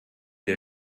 der